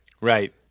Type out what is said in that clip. Right